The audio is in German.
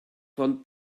von